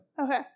Okay